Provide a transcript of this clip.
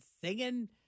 singing